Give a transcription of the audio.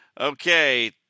Okay